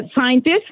scientists